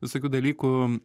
visokių dalykų